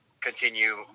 continue